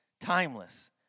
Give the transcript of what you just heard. Timeless